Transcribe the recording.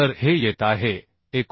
तर हे येत आहे 59